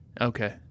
Okay